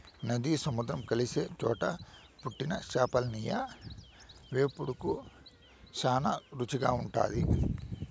నది, సముద్రం కలిసే చోట పుట్టిన చేపలియ్యి వేపుకు శానా రుసిగుంటాది